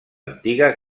antiga